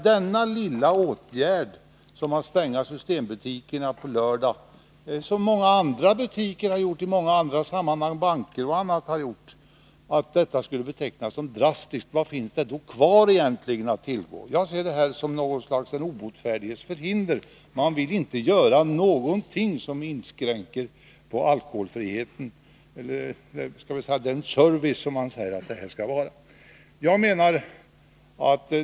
denna lilla åtgärd som att införa lördagsstängning — vilket många andra branscher, t.ex. bankerna, har haft sedan lång tid tillbaka — är drastisk, vilka åtgärder finns då kvar att tillgå? Jag ser moderaternas agerande såsom den obotfärdiges förhinder. Man vill inte göra någonting som inskränker på den service som det här är fråga om.